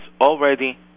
already